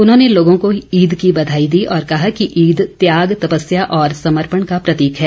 उन्होंने लोगों को ईद की बधाई दी और कहा कि ईद त्याग तपस्या और समर्पण का प्रतीक है